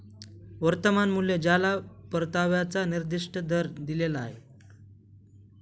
वर्तमान मूल्य ज्याला परताव्याचा निर्दिष्ट दर दिलेला आहे